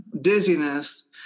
dizziness